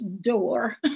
door